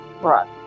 Right